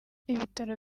ibitaro